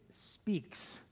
speaks